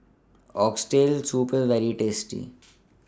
Oxtail Soup IS very tasty